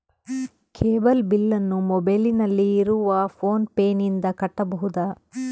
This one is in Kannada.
ಕೇಬಲ್ ಬಿಲ್ಲನ್ನು ಮೊಬೈಲಿನಲ್ಲಿ ಇರುವ ಫೋನ್ ಪೇನಿಂದ ಕಟ್ಟಬಹುದಾ?